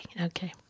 Okay